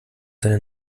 seine